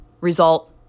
result